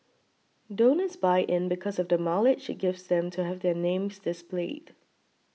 donors buy in because of the mileage it gives them to have their names displayed